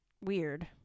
weird